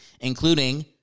including